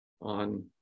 On